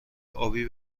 ابی